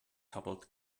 coupled